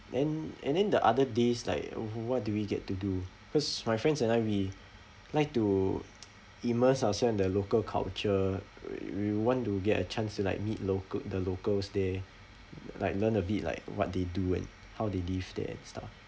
then and then the other days like uh what do we get to do cause my friends and I we like to immerse ourselves in the local culture uh we want to get a chance like meet local the locals there like learn a bit like what they do and how they live that stuff